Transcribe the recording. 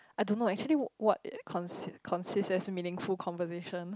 I don't know actually what it cons~ consists as meaningful conversation